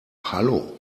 hallo